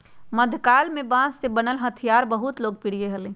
मध्यकाल में बांस से बनल हथियार बहुत लोकप्रिय हलय